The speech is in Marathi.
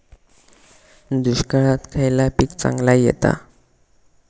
दुष्काळात खयला पीक चांगला येता?